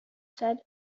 said